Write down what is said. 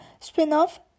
spin-off